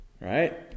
Right